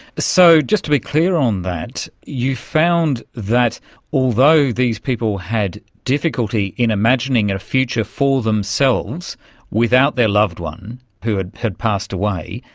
so just to be clear on that, you found that although these people had difficulty in imagining and a future for themselves without their loved one who had had passed away,